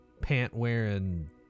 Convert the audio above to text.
pant-wearing